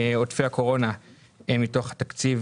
עודפי הקורונה הם מתוך התקציב